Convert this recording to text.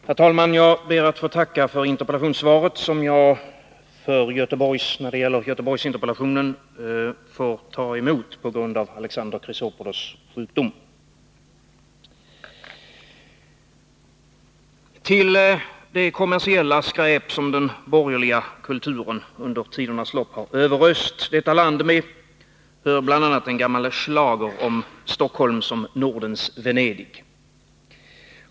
Herr talman! Jag ber att få tacka för interpellationssvaret som gäller arbetslösheten i Göteborgsregionen och som jag får ta emot på grund av Alexander Chrisopoulos sjukdom. Till det kommersiella skräp som den borgerliga kulturen under tidernas lopp har överöst detta land med hör bl.a. en gammal schlager om Stockholm som Nordens Venedig.